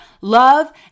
love